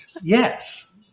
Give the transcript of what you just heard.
yes